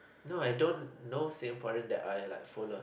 no I don't know Singaporean that I like followed